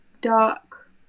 dark